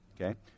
okay